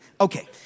Okay